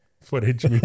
footage